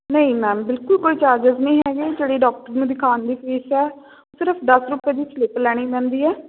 ਨਹੀਂ ਮੈਮ ਬਿਲਕੁਲ ਕੋਈ ਚਾਰਜਿਸ ਨਹੀਂ ਹੈਗੇ ਜਿਹੜੀ ਡਾਕਟਰ ਨੂੰ ਦਿਖਾਉਣ ਦੀ ਫੀਸ ਹੈ ਸਿਰਫ ਦਸ ਰੁਪਏ ਦੀ ਸਲਿੱਪ ਲੈਣੀ ਪੈਂਦੀ ਹੈ